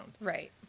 Right